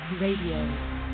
Radio